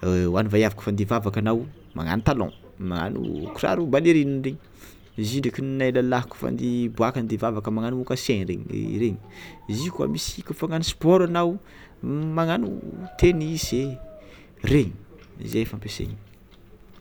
hoan'ny vaiavy kôfa handeha hivavaka anao magnano talon magnano kiraro balerine regny zio ndraiky nahalalako fa andeha hiboaka andeha hivavaka magnagno moccassin regny regny, zio kôfa hagnano sport anao magnagno tenisy regny, zegny fampiaseny.